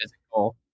physical